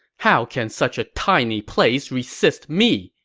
how can such a tiny place resist me?